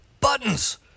Buttons